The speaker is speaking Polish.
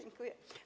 Dziękuję.